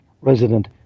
Resident